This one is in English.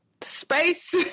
space